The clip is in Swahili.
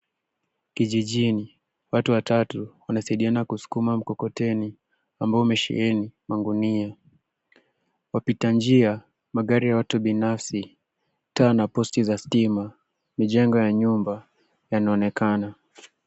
kijijini watu watatu wanasaidiana kusukuma mkokoteni, ambao umesheheni magunia. Wapita njia, magari ya watu binafsi, taa na posti za stima, mijengo ya nyumba yanaonekana.